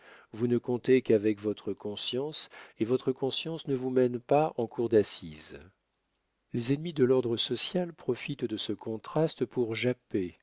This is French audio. vous ne comptez qu'avec votre conscience et votre conscience ne vous mène pas en cour d'assises les ennemis de l'ordre social profitent de ce contraste pour japper